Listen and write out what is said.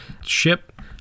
ship